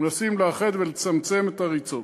אנחנו מנסים לאחד ולצמצם את הריצות.